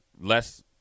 less